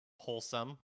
wholesome